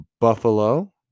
Buffalo